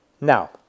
Now